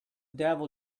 devil